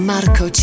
Marco